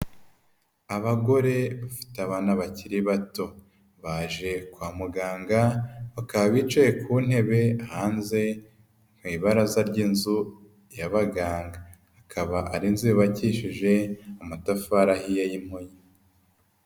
Abagore bafite abana bakiri bato baje kwa muganga, bakaba bicaye ku ntebe hanze ku ibaraza ry'inzu yabaabaganga. Akaba ari inzu yubakishije amatafari ahiye y'impunyu.